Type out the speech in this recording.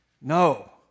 No